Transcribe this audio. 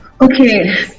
okay